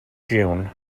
june